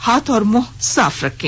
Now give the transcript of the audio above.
हाथ और मुंह साफ रखें